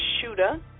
shooter